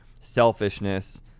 selfishness